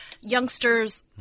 youngsters